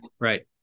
right